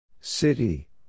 City